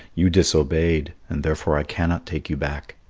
you disobeyed, and therefore i cannot take you back.